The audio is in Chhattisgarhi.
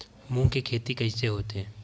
मूंग के खेती कइसे होथे?